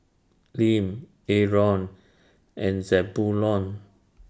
Lim Aron and Zebulon